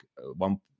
one